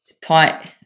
tight